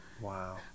wow